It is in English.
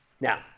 Now